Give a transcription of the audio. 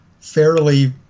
fairly